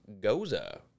goza